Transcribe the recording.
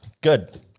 Good